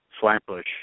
Flatbush